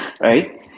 Right